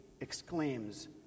exclaims